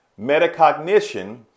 Metacognition